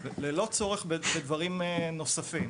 ללא צורך בדברים נוספים.